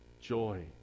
Joy